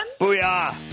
Booyah